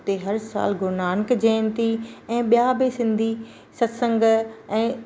उते हर साल गुरू नानक जयंती ऐं ॿिया बि सिंधी सत्संग ऐं